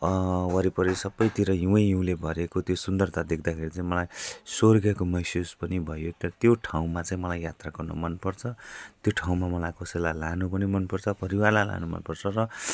वरिपरी सबैतिर हिवैँहिउँले भरिएको त्यो सुन्दरता देख्दाखेरि चाहिँ मलाई स्वर्गको महसुस पनि भयो त्यो ठाउँमा चाहिँ मलाई यात्रा गर्नु मन पर्छ त्यो ठाउँमा मलाई कसैलाई लानु पनि मन पर्छ परिवारलाई लानु मन पर्छ र